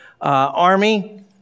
army